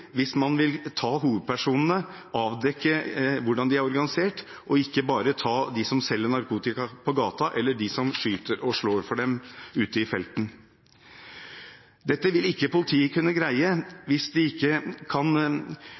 hvis man vil ta hovedpersonene, avdekke hvordan de er organisert og ikke bare ta dem som selger narkotika på gata eller dem som skyter og slår ute i felten. Dette vil ikke politiet kunne greie hvis de ikke kan